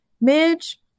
Midge